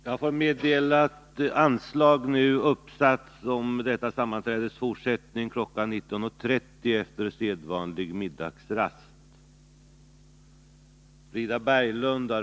Jag får meddela att anslag nu uppsatts om detta sammanträdes fortsättning kl. 19.30 efter sedvanlig middagsrast.